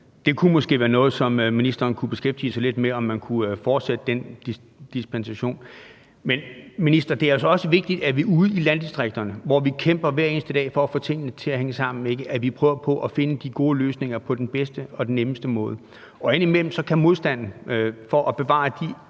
Det kunne måske være noget, som ministeren kunne beskæftige sig lidt med, altså om man kunne fortsætte den dispensation. Men minister, det er altså også vigtigt, at vi ude i landdistrikterne, hvor vi hver eneste dag kæmper for at få tingene til at hænge sammen, prøver på at finde de gode løsninger på den bedste og den nemmeste måde. Indimellem kan modstanden, kampen for at bevare de